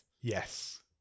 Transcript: Yes